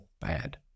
bad